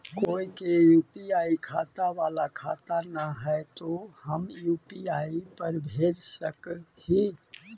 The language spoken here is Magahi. कोय के यु.पी.आई बाला खाता न है तो हम यु.पी.आई पर भेज सक ही?